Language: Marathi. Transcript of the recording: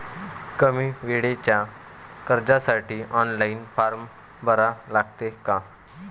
कमी वेळेच्या कर्जासाठी ऑनलाईन फारम भरा लागते का?